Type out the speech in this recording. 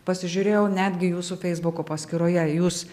pasižiūrėjau netgi jūsų feisbuko paskyroje jūs